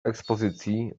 ekspozycji